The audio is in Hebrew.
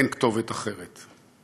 אין כתובת אחרת.